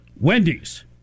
Wendy's